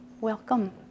Welcome